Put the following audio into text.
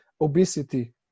obesity